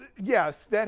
yes